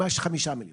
לכן מחירו גבוה